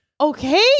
Okay